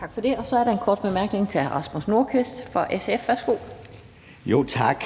Tak for det. Så er der en kort bemærkning til hr. Rasmus Nordqvist fra SF. Værsgo. Kl. 16:57 Rasmus Nordqvist (SF): Tak.